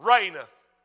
reigneth